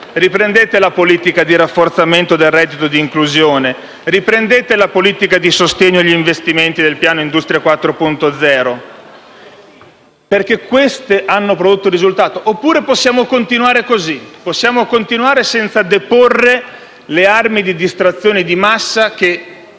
Riprendete la politica di rafforzamento del reddito di inclusione. Riprendete la politica di sostegno agli investimenti del piano Industria 4.0. Queste misure, sì, hanno prodotto risultato. Oppure possiamo continuare così: possiamo continuare senza deporre le armi di distrazione di massa, che